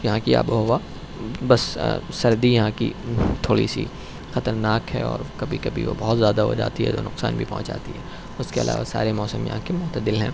یہاں کی آب و ہوا بس سردی یہاں کی تھوڑی سی خطرناک ہے اور کبھی کبھی وہ بہت زیادہ ہو جاتی ہے تو نقصان بھی پہنچاتی ہے اس کے علاوہ سارے موسم یہاں کے معتدل ہیں